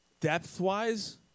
Depth-wise